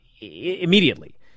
immediately